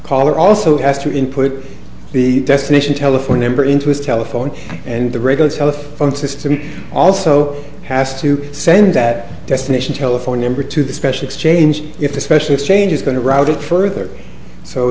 caller also has to input the destination telephone number into his telephone and the radio telephone system also has to send that destination telephone number to the special exchange if especially if change is going to route it further so